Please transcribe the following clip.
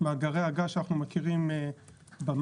מאגרי הגז שאנחנו מכירים במים,